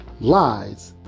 lies